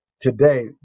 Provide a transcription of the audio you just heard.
Today